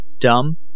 dumb